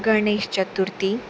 Ganesh Chaturthi